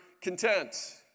content